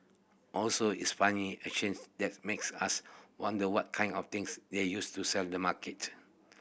also it's funny a chance that makes us wonder what kind of things they used to sell the market